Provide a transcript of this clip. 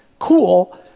cool,